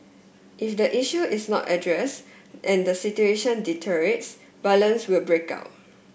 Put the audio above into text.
if the issue is not addressed and the situation deteriorates violence will break out